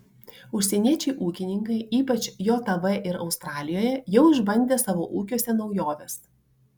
užsieniečiai ūkininkai ypač jav ir australijoje jau išbandė savo ūkiuose naujoves